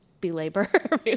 belabor